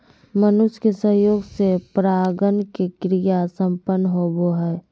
मनुष्य के सहयोग से परागण के क्रिया संपन्न होबो हइ